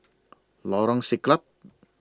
Lorong Siglap